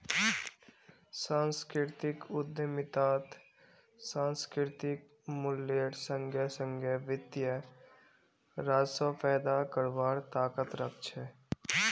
सांस्कृतिक उद्यमितात सांस्कृतिक मूल्येर संगे संगे वित्तीय राजस्व पैदा करवार ताकत रख छे